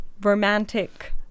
romantic